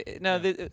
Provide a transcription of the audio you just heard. no